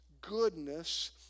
goodness